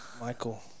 Michael